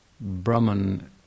Brahman